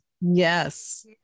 Yes